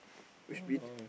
rubbish bin